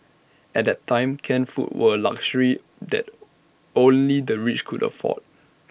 at that time canned foods were A luxury that only the rich could afford